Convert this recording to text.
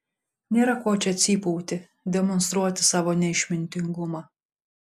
nėra ko čia cypauti demonstruoti savo neišmintingumą